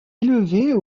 élevée